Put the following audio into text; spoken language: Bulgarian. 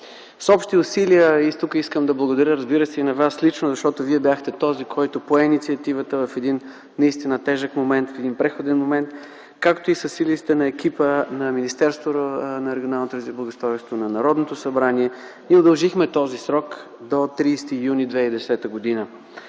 С общи усилия – тук искам да благодаря, разбира се, и на Вас лично, защото Вие бяхте този, който пое инициативата в един наистина тежък момент, в преходен момент, както и със силите на екипа на Министерството на регионалното развитие и благоустройство и на Народното събрание ние удължихме този срок до 30 юни 2010 г.